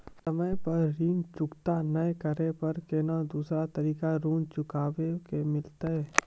समय पर ऋण चुकता नै करे पर कोनो दूसरा तरीका ऋण चुकता करे के मिलतै?